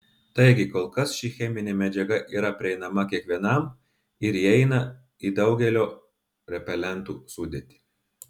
taigi kol kas ši cheminė medžiaga yra prieinama kiekvienam ir įeina į daugelio repelentų sudėtį